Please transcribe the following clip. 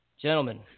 gentlemen